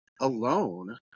alone